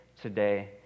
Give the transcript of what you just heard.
today